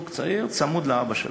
זוג צעיר צמוד לאבא שלו,